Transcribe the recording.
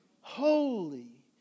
Holy